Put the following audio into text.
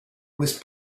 with